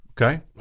Okay